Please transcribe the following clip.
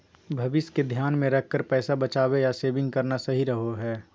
भविष्य के ध्यान मे रखकर पैसा बचावे या सेविंग करना सही रहो हय